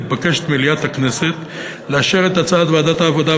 מתבקשת מליאת הכנסת לאשר את הצעת ועדת העבודה,